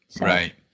Right